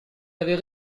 avez